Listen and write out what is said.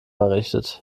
errichtet